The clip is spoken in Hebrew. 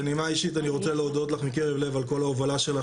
בנימה אישית אני רוצה להודות לך מקרב לב על כל ההובלה שלך